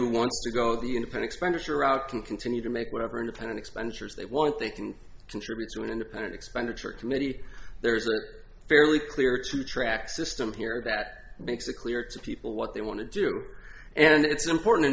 who wants to go the union expenditure route can continue to make whatever independent expenditures they want they can contribute to an independent expenditure committee there's a fairly clear two track system here that makes it clear to people what they want to do and it's important to